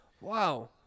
wow